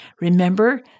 Remember